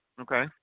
Okay